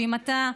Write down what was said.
שאם אתה,